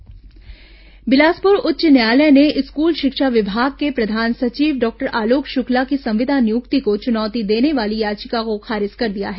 आलोक शुक्ला संविदा नियुक्ति याचिका बिलासपुर उच्च न्यायालय ने स्कूल शिक्षा विभाग के प्रधान सचिव डॉक्टर आलोक शुक्ला की संविदा नियुक्ति को चुनौती देने वाली याचिका को खारिज कर दिया है